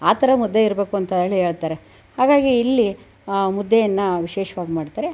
ಆ ಥರ ಮುದ್ದೆ ಇರಬೇಕು ಅಂತ ಹೇಳಿ ಹೇಳುತ್ತಾರೆ ಹಾಗಾಗಿ ಇಲ್ಲಿ ಆ ಮುದ್ದೆಯನ್ನು ವಿಶೇಷವಾಗಿ ಮಾಡುತ್ತಾರೆ